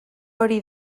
hori